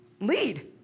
lead